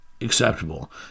acceptable